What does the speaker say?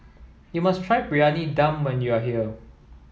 you must try Briyani Dum when you are here